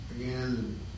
again